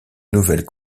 nouvelles